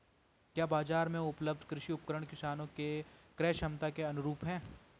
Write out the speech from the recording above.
क्या बाजार में उपलब्ध कृषि उपकरण किसानों के क्रयक्षमता के अनुरूप हैं?